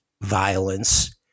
violence